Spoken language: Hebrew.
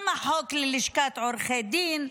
גם החוק ללשכת עורכי דין,